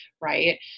right